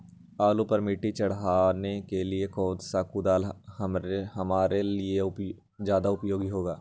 आलू पर मिट्टी चढ़ाने के लिए कौन सा कुदाल हमारे लिए ज्यादा उपयोगी होगा?